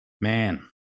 Man